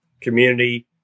community